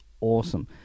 awesome